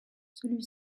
celui